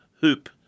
hoop